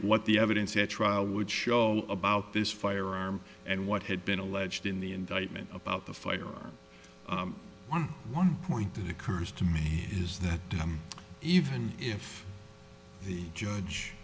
what the evidence at trial would show about this firearm and what had been alleged in the indictment about the fire one one point that occurs to me is that even if the judge